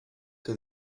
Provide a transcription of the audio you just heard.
que